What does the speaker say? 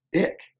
ick